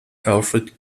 alfred